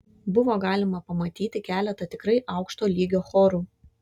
buvo galima pamatyti keletą tikrai aukšto lygio chorų